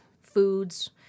foods